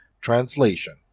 Translation